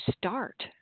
start